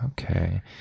Okay